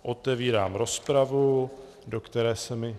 Otevírám rozpravu, do které se mi...